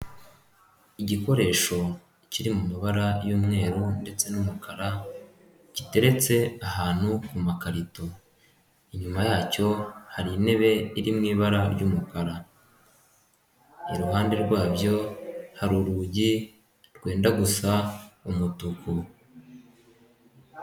Igikoresho kiri mu mabara y'umweru ndetse n'umukara, giteretse ahantu ku makarito, inyuma yacyo hari intebe iri mu ibara ry'umukara, iruhande rwabyo hari urugi rwenda gusa umutuku.